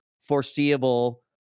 foreseeable